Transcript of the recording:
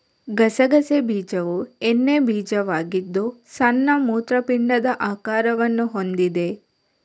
ಗಸಗಸೆ ಬೀಜವು ಎಣ್ಣೆ ಬೀಜವಾಗಿದ್ದು ಸಣ್ಣ ಮೂತ್ರಪಿಂಡದ ಆಕಾರವನ್ನು ಹೊಂದಿದೆ